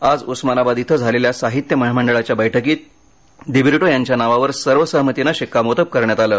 आज उस्मानाबाद इथं झालेल्या साहित्य महामंडळाच्या बैठकीत दिब्रिटो यांच्या नावावर सर्व सहमतीनं शिक्कामोर्तब करण्यात आलं